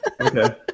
Okay